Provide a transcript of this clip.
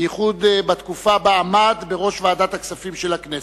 בייחוד בתקופה שבה עמד בראש ועדת הכספים של הכנסת.